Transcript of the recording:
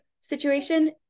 situation